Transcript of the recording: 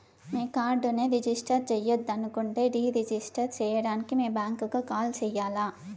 మీ కార్డుని రిజిస్టర్ చెయ్యొద్దనుకుంటే deregister సేయడానికి మీ బ్యాంకీకి కాల్ సెయ్యాల్ల